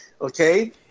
Okay